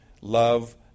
love